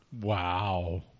wow